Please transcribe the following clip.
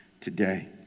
today